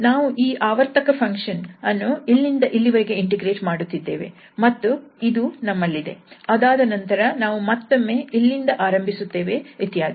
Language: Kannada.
ನಾವು ಈ ಆವರ್ತಕ ಫಂಕ್ಷನ್ ಅನ್ನು ಇಲ್ಲಿಂದ ಇಲ್ಲಿವರೆಗೆ ಇಂಟಿಗ್ರೇಟ್ ಮಾಡುತ್ತಿದ್ದೇವೆ ಮತ್ತು ಇದು ನಮ್ಮಲ್ಲಿದೆ ಅದಾದ ನಂತರ ನಾವು ಮತ್ತೊಮ್ಮೆ ಇಲ್ಲಿಂದ ಆರಂಭಿಸುತ್ತೇವೆ ಇತ್ಯಾದಿ